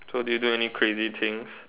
so did you do any crazy things